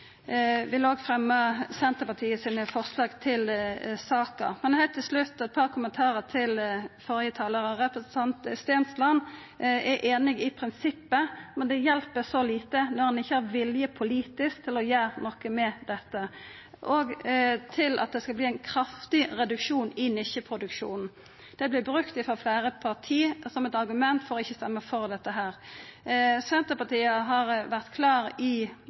Heilt til slutt eit par kommentarar til førre talar. Representanten Stensland er einig i prinsippet, men det hjelper så lite når han ikkje har politisk vilje til å gjera noko med dette. Og til at det vil verta ein kraftig reduksjon i nisjeproduksjonen, som vert brukt frå fleire parti som eit argument for ikkje å stemma for dette: Senterpartiet har vore klar i